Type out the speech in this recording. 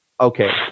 okay